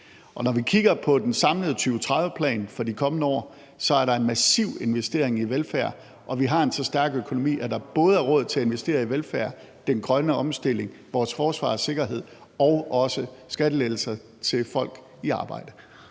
Når vi kigger på den samlede 2030-plan for de kommende år, er der en massiv investering i velfærd, og vi har en så stærk økonomi, at der er råd til at investere i både velfærd, den grønne omstilling, vores forsvar og sikkerhed og også skattelettelser til folk i arbejde.